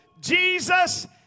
Jesus